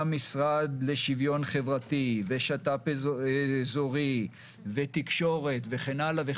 משרד שוויון וחברתי ושת"פ אזורי ותקשורת וכן הלאה,